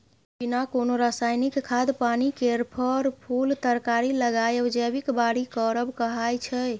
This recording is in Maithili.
बिना कोनो रासायनिक खाद पानि केर फर, फुल तरकारी लगाएब जैबिक बारी करब कहाइ छै